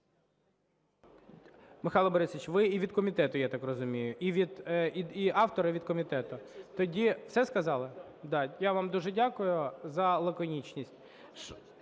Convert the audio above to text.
Михайло Борисович, ви і від комітету, я так розумію, і автор, і від комітету? Тоді… Все сказали? Да. Я вам дуже дякую за лаконічність.